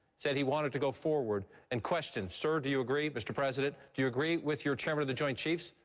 said he wanted to go forward and questioned, sir do you agree mr. president do you agree with your chairman of the joint chiefs?